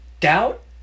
doubt